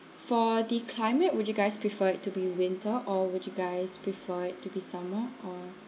for the climate would you guys prefer it to be winter or would you guys prefer it to be summer or